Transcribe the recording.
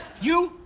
you,